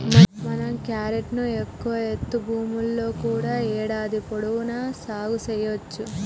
మనం క్యారెట్ ను ఎక్కువ ఎత్తు భూముల్లో కూడా ఏడాది పొడవునా సాగు సెయ్యవచ్చు